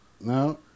no